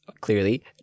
clearly